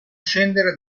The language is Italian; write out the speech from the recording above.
scendere